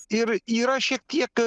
ir yra šiek tiek